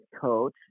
coach